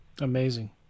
Amazing